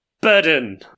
Burden